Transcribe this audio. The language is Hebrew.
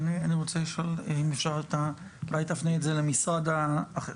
אני רוצה לשאול, אולי תפני את זה למשרד אחר.